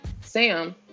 sam